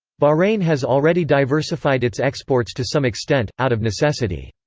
bahrain has already diversified its exports to some extent, out of necessity.